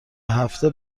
هفته